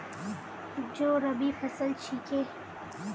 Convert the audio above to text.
जौ रबी फसल छिके